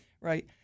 right